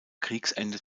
kriegsende